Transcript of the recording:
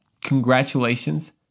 congratulations